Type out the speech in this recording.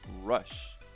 rush